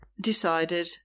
decided